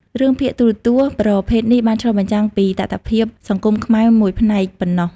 រឿងភាគទូរទស្សន៍ប្រភេទនេះបានឆ្លុះបញ្ចាំងពីតថភាពសង្គមខ្មែរមួយផ្នែកប៉ុណ្ណោះ។